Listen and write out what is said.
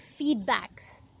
feedbacks